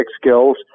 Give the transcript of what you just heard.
skills